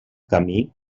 camí